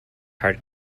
heart